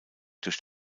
durch